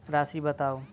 राशि बताउ